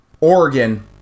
Oregon